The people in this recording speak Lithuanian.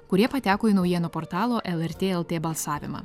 kurie pateko į naujienų portalo lrt lt balsavimą